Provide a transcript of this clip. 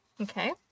Okay